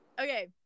Okay